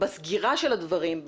בסגירה של הדברים,